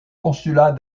consulat